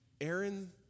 Aaron